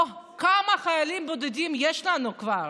בואו, כמה חיילים בודדים יש לנו כבר?